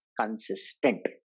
consistent